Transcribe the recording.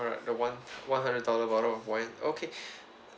alright the one one hundred dollar bottle of wine okay